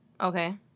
Okay